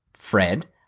Fred